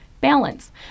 balance